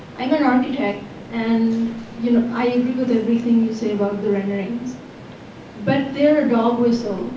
i'm an architect and you know i agree with everything you say about the renderings but they're a dog whistle.